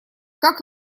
как